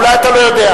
אולי אתה לא יודע,